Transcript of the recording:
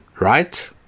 right